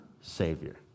Savior